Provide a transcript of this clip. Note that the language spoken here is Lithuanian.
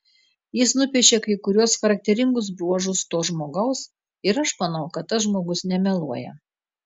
jis nupiešė kai kuriuos charakteringus bruožus to žmogaus ir aš manau kad tas žmogus nemeluoja